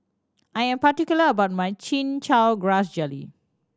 I am particular about my Chin Chow Grass Jelly